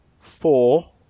four